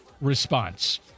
response